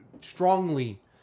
strongly